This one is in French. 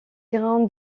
grain